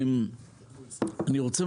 אני רוצה,